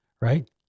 right